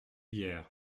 hier